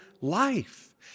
life